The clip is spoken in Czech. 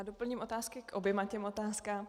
Já doplním otázky k oběma těm otázkám.